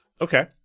Okay